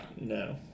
No